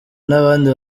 n’abandi